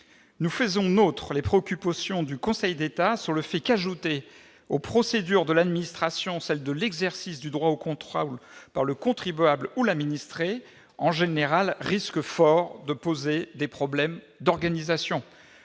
Nous faisons nôtres les préoccupations du Conseil d'État : ajouter aux procédures de l'administration l'exercice du droit au contrôle par le contribuable ou par l'administré en général risque fort de poser des problèmes d'organisation.